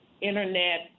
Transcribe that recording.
internet